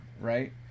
right